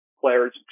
players